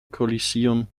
coliseum